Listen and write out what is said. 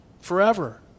forever